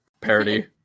parody